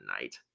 night